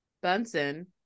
Bunsen